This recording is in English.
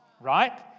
right